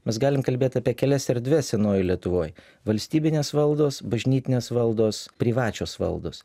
mes galim kalbėt apie kelias erdves senojoj lietuvoj valstybinės valdos bažnytinės valdos privačios valdos